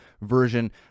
version